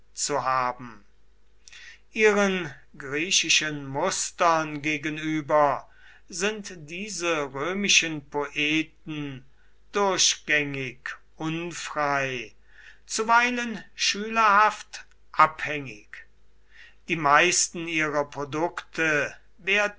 zu haben ihren griechischen mustern gegenüber sind diese römischen poeten durchgängig unfrei zuweilen schülerhaft abhängig die meisten ihrer produkte werden